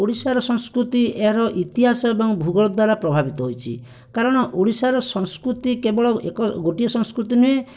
ଓଡ଼ିଶାର ସଂସ୍କୃତି ଏହାର ଇତିହାସ ଓ ଭୂଗୋଳ ଦ୍ବାରା ପ୍ରଭାବିତ ହୋଇଛି କାରଣ ଓଡ଼ିଶାର ସଂସ୍କୃତି କେବଳ ଗୋଟିଏ ସଂସ୍କୃତି ନୁହେଁ